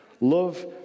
Love